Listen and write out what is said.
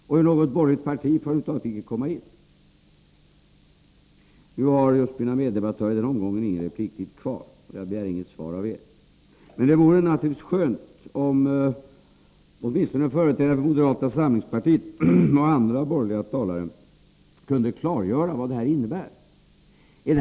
Och i något borgerligt parti får han över huvud taget icke komma in. Nu har mina meddebattörer i den här omgången ingen repliktid kvar, och jag begär inget svar av er. Men det vore naturligtvis skönt, om åtminstone en företrädare för moderata samlingspartiet och andra borgerliga talare kunde klargöra vad det här innebär.